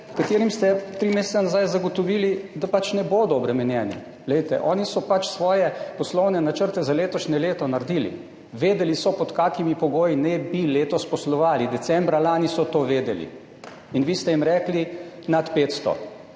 katerim ste tri mesece nazaj zagotovili, da pač ne bodo obremenjeni. Glejte, oni so pač svoje poslovne načrte za letošnje leto naredili, vedeli so, pod kakšnimi pogoji naj bi letos poslovali, decembra lani so to vedeli in vi ste jim rekli nad 500.